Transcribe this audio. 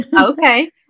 Okay